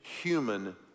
human